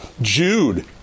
Jude